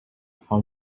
how